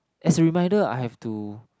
as a reminder I have to